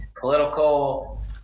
political